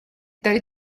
tady